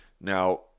Now